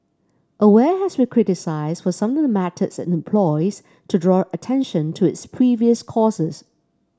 aware has been criticised for some of the methods it employs to draw attention to its previous causes